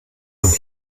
und